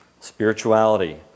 spirituality